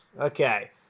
Okay